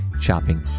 shopping